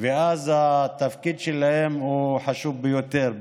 ואז התפקיד שלהם הוא חשוב ביותר.